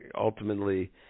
ultimately